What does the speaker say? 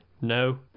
no